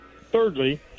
Thirdly